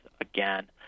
again